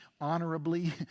honorably